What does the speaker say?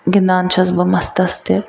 گِندان چھَس بہٕ مَستَس تہِ